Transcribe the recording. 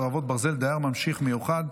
חרבות ברזל) (דייר ממשיך מיוחד),